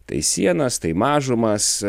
tai sienas tai mažumas